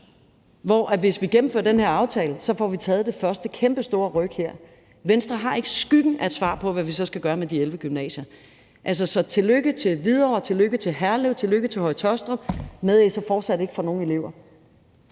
vi, hvis gennemfører den her aftale, så får taget det første kæmpestore ryk. Venstre har ikke skyggen af et svar på, hvad vi så skal gøre med de 11 gymnasier. Så tillykke til Hvidovre, tillykke til Herlev, tillykke til Høje-Taastrup med, at I så fortsat ikke får nogen elever.